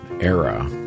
era